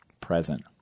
Present